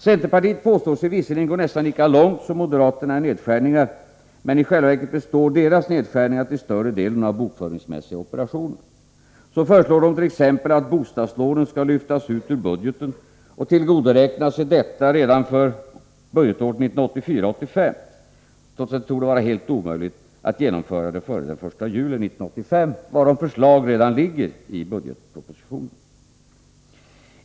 Centerpartiet påstår sig visserligen gå nästan lika långt som moderaterna i nedskärningar, men i själva verket består deras nedskärningar till större delen av bokföringsmässiga operationer. Så föreslår de t.ex. att bostadslånen skall lyftas ut ur budgeten och tillgodoräknar sig detta redan för budgetåret 1984/85 — trots att det torde vara helt omöjligt att genomföra det före den 1 juli 1985, varom förslag redan föreligger i budgetpropositionen.